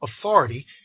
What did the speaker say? authority